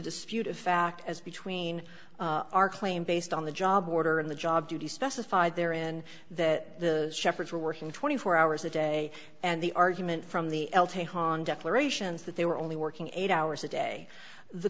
disputed fact as between our claim based on the job order and the job duties specified there and that the shepherds were working twenty four hours a day and the argument from the l t a hahn declarations that they were only working eight hours a day the